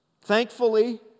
Thankfully